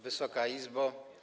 Wysoka Izbo!